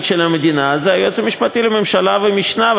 של המדינה זה היועץ המשפטי לממשלה ומשניו.